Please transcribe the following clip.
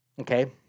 Okay